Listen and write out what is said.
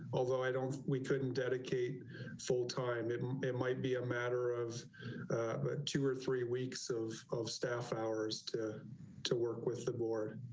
although i don't we couldn't dedicate full time and it might be a matter of two or three weeks of of staff hours to to work with the board.